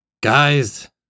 Guys